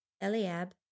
Eliab